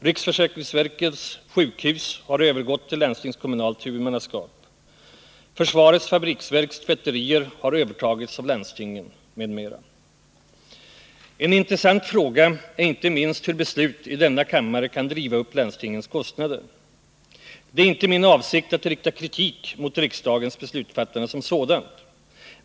Riksförsäkringsverkets sjukhus har övergått till landstingskommunalt huvudmannaskap, försvarets fabriksverks tvätterier har övertagits av landstingen m.m. En intressant fråga är inte minst hur beslut i denna kammare kan driva upp landstingens kostnader. Det är inte min avsikt att rikta kritik mot riksdagens beslutsfattande som sådant.